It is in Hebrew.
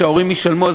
ההורים ישלמו,